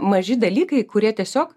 maži dalykai kurie tiesiog